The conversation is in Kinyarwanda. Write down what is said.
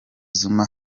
zuma